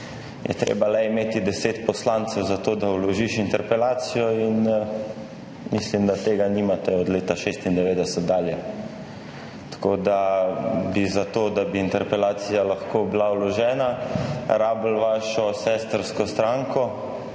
le treba imeti 10 poslancev za to, da vložiš interpelacijo, in mislim, da tega nimate od leta 1996 dalje. Tako da bi za to, da bi interpelacija lahko bila vložena, rabili vašo sestrsko stranko,